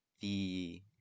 the-